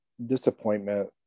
disappointment